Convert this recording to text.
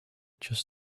just